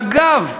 אגב,